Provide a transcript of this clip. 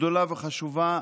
גדולה וחשובה,